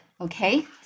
Okay